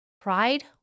pride